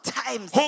times